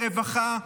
ברווחה?